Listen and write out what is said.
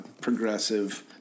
progressive